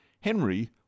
Henry